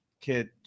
kid